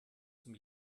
zum